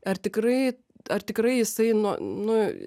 ar tikrai ar tikrai jisai nu nu